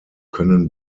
können